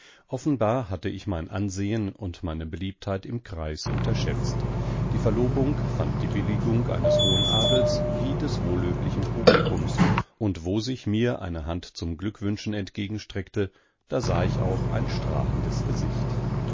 offenbar hatte ich mein ansehen und meine beliebtheit im kreist unterschätzt die verlobung fand die billigung eines hohen adels wie des wohllöblichen publikums und wo sich mir eine hand zum glückwünschen entgegenstreckte da sah ich auch ein strahlendes gesicht